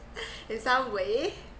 in some way